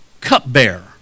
cupbearer